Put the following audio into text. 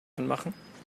anmachen